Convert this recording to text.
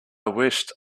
wished